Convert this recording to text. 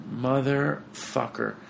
motherfucker